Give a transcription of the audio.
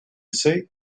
say